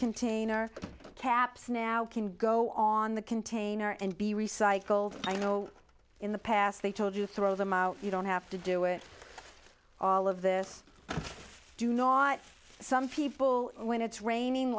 container caps now can go on the container and be recycled i know in the past they told you throw them out you don't have to do it all of this do not some people when it's raining